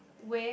wave